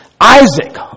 Isaac